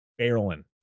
barreling